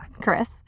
Chris